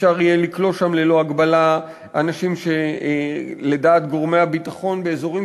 אפשר יהיה לכלוא שם ללא הגבלה אנשים שלדעת גורמי הביטחון באזורים